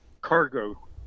cargo